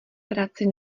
práci